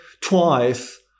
twice